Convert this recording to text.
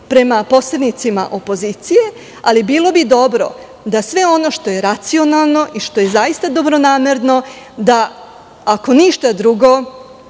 prema poslanicima opozicije, ali bilo bi dobro da sve ono što je racionalno i što je zaista dobronamerno, ako ništa drugo,